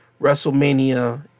WrestleMania